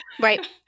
right